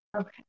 Okay